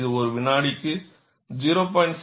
இது ஒரு வினாடிக்கு 0